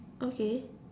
okay